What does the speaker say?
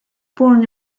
born